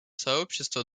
сообщество